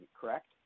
correct